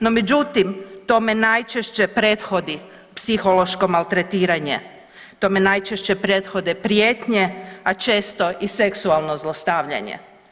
No međutim, tome najčešće prethodi psihološko maltretiranje, tome najčešće prethode prijetnje, a često i seksualno zlostavljanje.